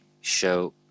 show